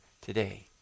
today